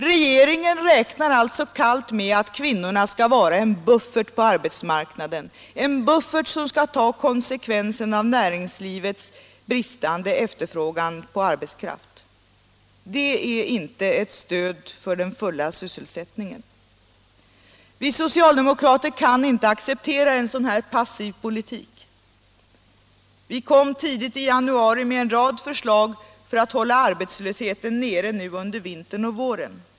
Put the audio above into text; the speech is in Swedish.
Regeringen räknar alltså kallt med att kvinnorna skall vara en buffert som får ta konsekvenserna av näringslivets bristande efterfrågan på arbetskraft. Det är inte ett stöd för den fulla sysselsättningen. Vi socialdemokrater kan inte acceptera en så passiv politik. Vi kom tidigt i januari med en rad förslag för att hålla arbetslösheten nere under vintern och våren.